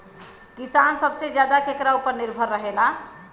किसान सबसे ज्यादा केकरा ऊपर निर्भर होखेला?